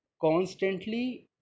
Constantly